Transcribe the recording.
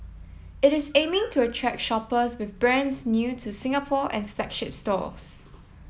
it is aiming to attract shoppers with brands new to Singapore and flagship stores